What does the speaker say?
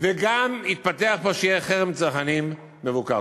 וגם יתפתח פה חרם צרכנים מבוקר.